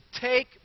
take